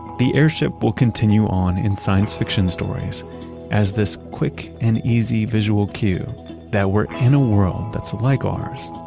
the airship will continue on in science fiction stories as this quick and easy visual cue that we're in a world that's like ours,